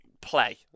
play